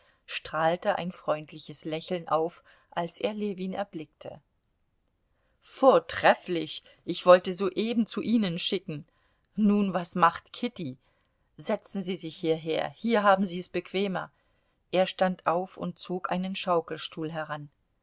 strahlte ein freundliches lächeln auf als er ljewin erblickte vortrefflich ich wollte soeben zu ihnen schicken nun was macht kitty setzen sie sich hierher hier haben sie es bequemer er stand auf und zog einen schaukelstuhl heran